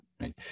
right